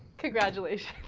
congratulations